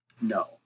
No